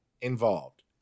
involved